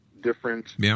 different